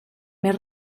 més